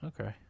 Okay